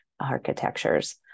architectures